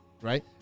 right